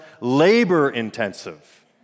labor-intensive